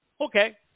Okay